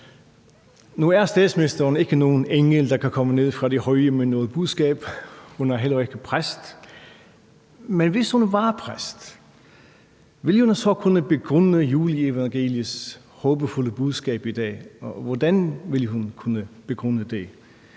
Nu er statsministeren ikke nogen engel, der kan komme ned fra det høje med et budskab. Hun er heller ikke præst, men hvis hun var præst, ville hun så kunne begrunde juleevangeliets håbefulde budskab i dag, og hvordan ville hun kunne begrunde det?